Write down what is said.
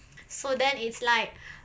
so then it's like